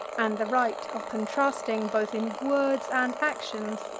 and the right of contrasting, both in words and actions,